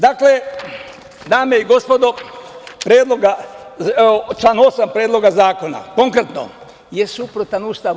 Dakle, dame i gospodo, član 8. Predloga zakona, konkretno, je suprotan Ustavu.